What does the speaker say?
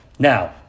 Now